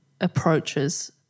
approaches